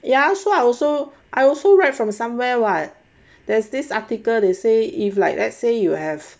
ya so I also I also read from somewhere what there's this article they say if like let's say you have